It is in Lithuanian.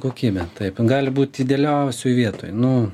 kokybė taip gali būt idealiausioj vietoj nu